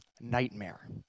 nightmare